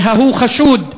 ההוא חשוד,